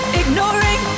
ignoring